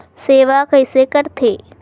सेवा कइसे करथे?